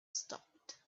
stopped